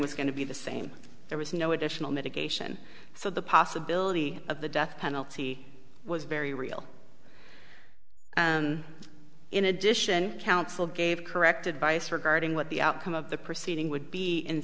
was going to be the same there was no additional mitigation so the possibility of the death penalty was very real and in addition counsel gave corrected by sircar ting what the outcome of the proceeding would be in